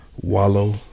Wallow